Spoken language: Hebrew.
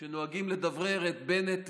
שנוהגים לדברר את בנט וחבורתו.